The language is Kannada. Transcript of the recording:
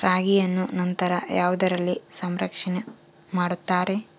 ರಾಗಿಯನ್ನು ನಂತರ ಯಾವುದರಲ್ಲಿ ಸಂರಕ್ಷಣೆ ಮಾಡುತ್ತಾರೆ?